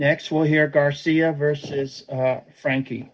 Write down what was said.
next we'll hear garcia versus frankie